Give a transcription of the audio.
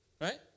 right